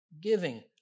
giving